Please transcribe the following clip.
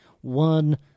One